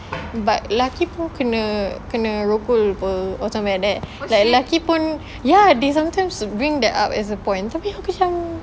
but lelaki pun kena kena rogol [pe] something like that lelaki pun ya they sometimes bring that up as a point tapi aku macam